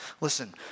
Listen